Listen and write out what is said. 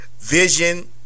vision